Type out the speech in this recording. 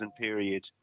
period